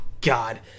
God